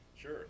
Sure